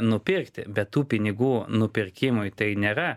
nupirkti bet tų pinigų nupirkimui tai nėra